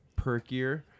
perkier